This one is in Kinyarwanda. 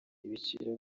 ibiciro